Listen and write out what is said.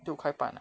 六块半 ah